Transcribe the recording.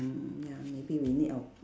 mm ya maybe we need our